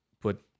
put